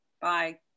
Bye